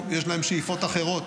שלנו, יש להם שאיפות אחרות.